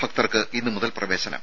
ഭക്തർക്ക് ഇന്ന് മുതൽ പ്രവേശനം